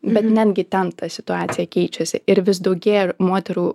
bet netgi ten ta situacija keičiasi ir vis daugėja ir moterų